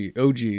OG